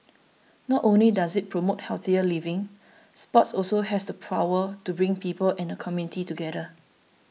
not only does it promote healthier living sports also has the power to bring people and the community together